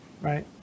right